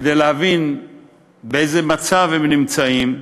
כדי להבין באיזה מצב הם נמצאים,